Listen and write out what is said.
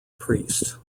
priest